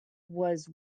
was